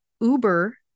Uber